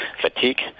fatigue